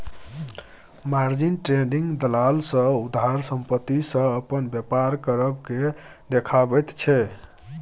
margin trading दलाल सँ उधार संपत्ति सँ अपन बेपार करब केँ देखाबैत छै